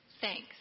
Thanks